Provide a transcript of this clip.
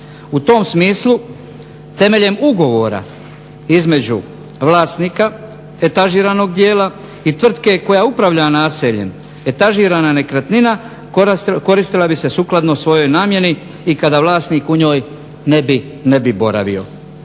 U tom smislu temeljem ugovora između vlasnika etažiranog dijela i tvrtke koja upravlja naseljem etažirana nekretnina koristila bi se sukladno svojoj namjeni i kada vlasnik u njoj ne bi boravio.